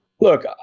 look